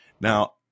Now